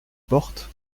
porte